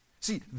See